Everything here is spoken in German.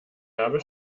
habe